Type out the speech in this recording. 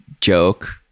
joke